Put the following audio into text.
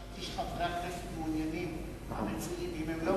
חשבתי שחברי הכנסת מעוניינים, המציעים.